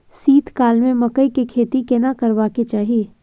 शीत काल में मकई के खेती केना करबा के चाही?